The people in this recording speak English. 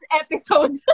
episode